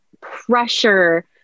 pressure